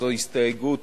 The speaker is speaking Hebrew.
זוהי הסתייגות